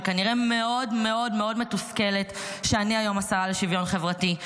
שכנראה מאוד מאוד מאוד מתוסכלת מזה שאני היום השרה לשוויון חברתי.